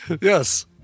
Yes